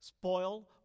spoil